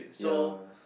ya